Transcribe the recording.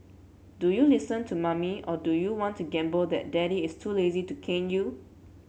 do you listen to mommy or do you want to gamble that daddy is too lazy to cane you